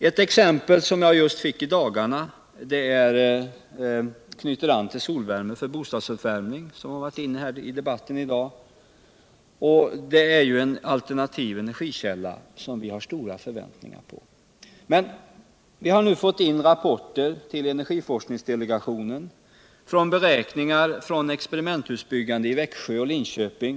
Ett exempel som jag fick just i dagarna knyter an just till solvärme för bostadsuppvärmning, något som har tagits upp i debatten i dag. Solvärme är ju en alternativ energikälla som vi har stora förväntningar på, men vi har nu fått in rapporter som kommit till cenergiforskningsdelegationen om beräkningar från experimenthusbyggande i Växjö och Linköping.